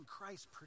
Christ